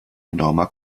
enormer